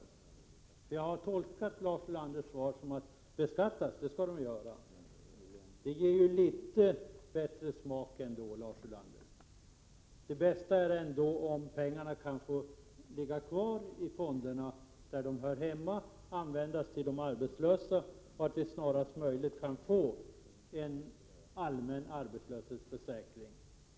Jag har nämligen tolkat Lars Ulander så, att pengarna skall beskattas. Det ger ju ändå litet bättre smak, Lars Ulander. Det bästa vore ändå om pengarna kan få ligga kvar i fonderna, där de hör hemma, och användas till de arbetslösa, så att vi snarast möjligt kan få en allmän arbetslöshetsförsäkring.